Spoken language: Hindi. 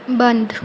बंद